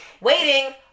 Waiting